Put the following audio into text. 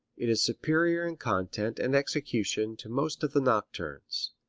it is superior in content and execution to most of the nocturnes.